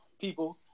people